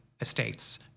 estates